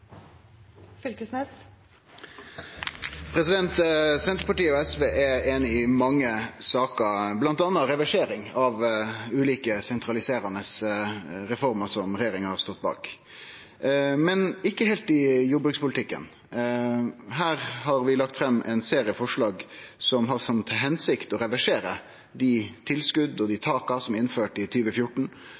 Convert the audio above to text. Senterpartiet og SV er einige i mange saker, bl.a. reversering av ulike sentraliserande reformer regjeringa har stått bak, men ikkje heilt i jordbrukspolitikken. Her har vi lagt fram ein serie forslag som har til hensikt å reversere dei tilskota og dei taka som blei innførte i